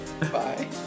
Bye